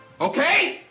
Okay